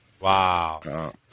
Wow